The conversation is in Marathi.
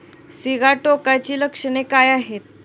सिगाटोकाची लक्षणे काय आहेत?